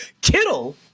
Kittle